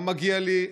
מה מגיע לי,